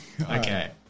Okay